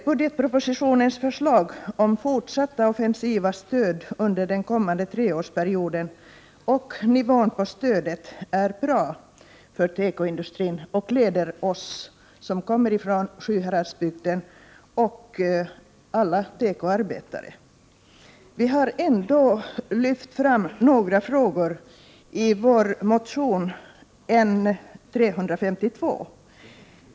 Budgetpropositionens förslag om fortsatt offensivt stöd under den kommande treårsperioden — och nivån på stödet — är bra för tekoindustrin och gläder oss som kommer från Sjuhäradsbygden och alla tekoarbetare. Vi har ändå lyft fram några frågor i vår motion N352.